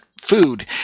food